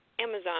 Amazon